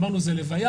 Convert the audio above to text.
אמרנו שזה לוויה,